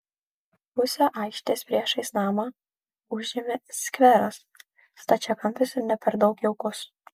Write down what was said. pusę aikštės priešais namą užėmė skveras stačiakampis ir ne per daug jaukus